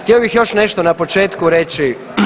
Htio bih još nešto na početku reći.